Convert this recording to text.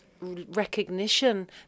recognition